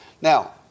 Now